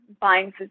buying